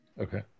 Okay